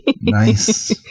Nice